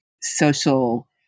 social